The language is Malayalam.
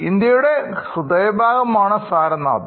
ഇന്ത്യയുടെ ഹൃദയഭാഗമാണ് സാരനാഥ്